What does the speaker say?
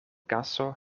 kaso